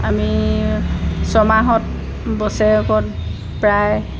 আমি ছমাহত বছৰেকত প্ৰায়